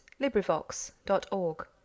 LibriVox.org